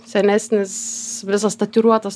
senesnis visas tatuiruotas